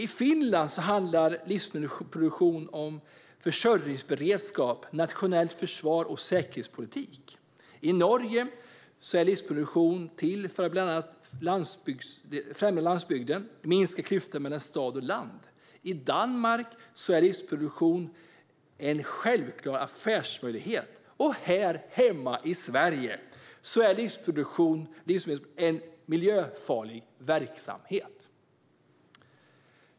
I Finland handlar livsmedelsproduktion om försörjningsberedskap, nationellt försvar och säkerhetspolitik. I Norge är livsmedelsproduktionen bland annat till för att främja landsbygden och minska klyftan mellan stad och land. I Danmark är livsmedelsproduktion en självklar affärsmöjlighet. Här hemma i Sverige är livsmedelsproduktion en miljöfarlig verksamhet.